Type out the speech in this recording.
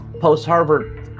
post-Harvard